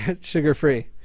sugar-free